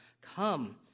come